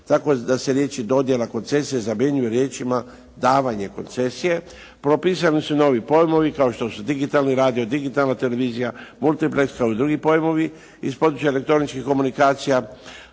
tako da se riječi: „dodjela koncesije“ zamjenjuje riječima: „davanje koncesije“. Propisani su novi pojmovi kao što su digitalni radio, digitalna televizija, multipleks kao i drugi pojmovi iz područja elektroničkih komunikacija.